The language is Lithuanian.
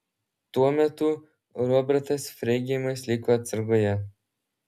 tuo metu robertas freidgeimas liko atsargoje